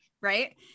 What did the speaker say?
Right